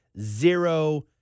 zero